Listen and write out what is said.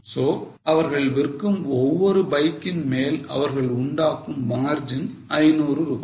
So அவர்கள் விற்கும் ஒவ்வொரு பைக்கின் மேல் அவர்கள் உண்டாகும் margin 500